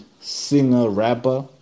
singer-rapper